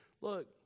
look